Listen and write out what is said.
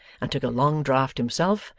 and took a long draught himself,